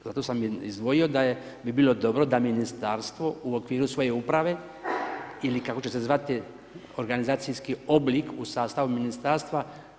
Zato sam izdvojio da je, bi bilo dobro da Ministarstvo u okviru svoje uprave ili kako će se zvati organizacijski oblik u sastavu Ministarstva.